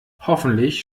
hoffentlich